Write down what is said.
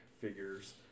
figures